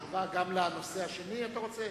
תשובה גם לנושא השני, אתה רוצה?